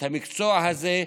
את המקצוע הזה,